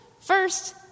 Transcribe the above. First